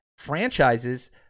franchises